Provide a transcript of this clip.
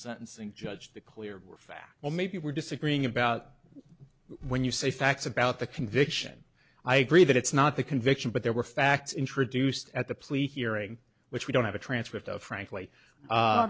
sentencing judge the clear fact well maybe we're disagreeing about when you say facts about the conviction i agree that it's not the conviction but there were facts introduced at the plea hearing which we don't have a transcript of frankly